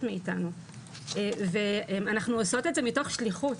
מאיתנו ואנחנו עושות את זה מתוך שליחות,